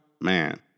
man